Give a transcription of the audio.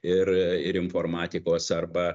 ir ir informatikos arba